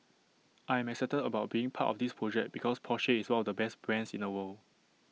I am excited about being part of this project because Porsche is one of the best brands in the world